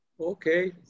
Okay